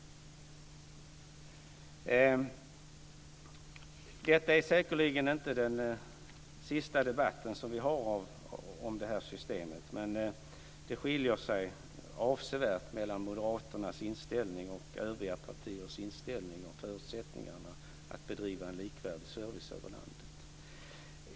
Detta är säkerligen inte den sista debatt som vi har om det här systemet, men det skiljer sig avsevärt mellan moderaternas inställning och övriga partiers inställning till förutsättningarna att bedriva en likvärdig service över landet.